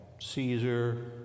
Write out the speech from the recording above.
caesar